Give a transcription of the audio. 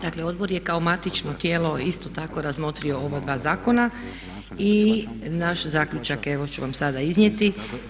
Dakle odbor je kao matično tijelo isto tako razmotrio oba dva zakona i naš zaključak evo ću vam sada iznijeti.